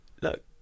Look